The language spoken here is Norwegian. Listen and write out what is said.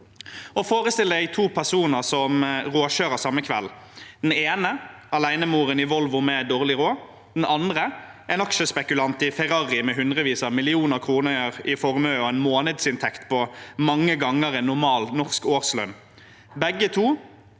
forestille seg to personer som råkjører samme kveld. Den ene er en alenemor i Volvo med dårlig råd, den andre en aksjespekulant i Ferrari med hundrevis av millioner kroner i formue og en månedsinntekt på mange ganger en normal norsk årslønn. Begge to